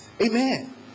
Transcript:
Amen